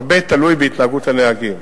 הרבה תלוי בהתנהגות הנהגים.